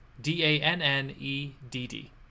D-A-N-N-E-D-D